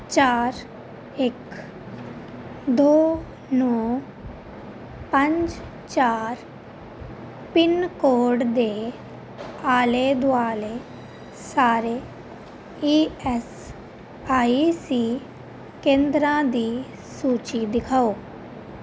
ਚਾਰ ਇੱਕ ਦੋ ਨੌਂ ਪੰਜ ਚਾਰ ਪਿੰਨ ਕੋਡ ਦੇ ਆਲੇ ਦੁਆਲੇ ਸਾਰੇ ਈ ਐੱਸ ਆਈ ਸੀ ਕੇਂਦਰਾਂ ਦੀ ਸੂਚੀ ਦਿਖਾਓ